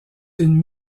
une